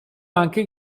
anche